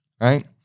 right